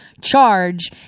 charge